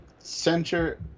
center